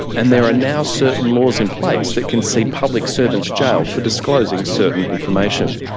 and there are now certain laws in place that can see public servants jailed for disclosing certain information.